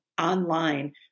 online